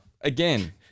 Again